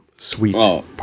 Sweet